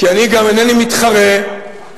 כי אני גם אינני מתחרה בפטריוטיות,